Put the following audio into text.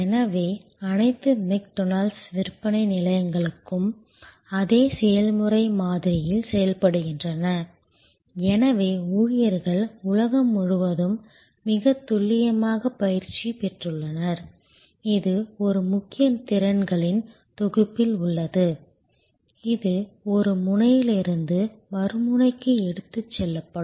எனவே அனைத்து மெக்டொனால்ட்ஸ் விற்பனை நிலையங்களும் அதே செயல்முறை மாதிரியில் செயல்படுகின்றன எனவே ஊழியர்கள் உலகம் முழுவதும் மிகத் துல்லியமாகப் பயிற்சி பெற்றுள்ளனர் இது ஒரு முக்கிய திறன்களின் தொகுப்பில் உள்ளது இது ஒரு முனையிலிருந்து மறுமுனைக்கு எடுத்துச் செல்லப்படும்